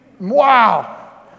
Wow